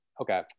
Okay